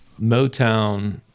Motown